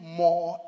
more